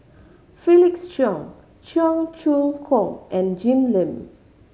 Felix Cheong Cheong Choong Kong and Jim Lim